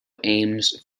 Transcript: aims